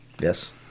Yes